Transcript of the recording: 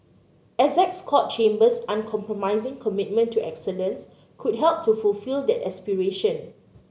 Essex Court Chambers uncompromising commitment to excellence could help to fulfil that aspiration